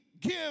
give